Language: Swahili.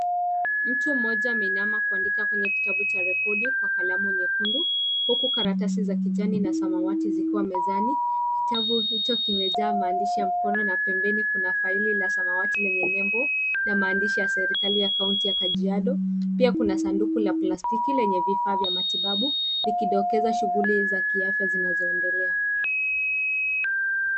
Mtu mmoja ameinama kuandika kwenye kitabu cha rekodi kwa kalamu nyekundu huku karatasi za kijani na samawati zikiwa mezani. Kitabu hicho kimejaa maandishi ya mkono na pembeni kuna faili la samawati lenye nembo na maandishi ya Serikali ya Kaunti ya Kajiado. Pia kuna sanduku la plastiki lenye vifaa vya matibabu, likidokeza shughuli za kiafya zinazoendelea.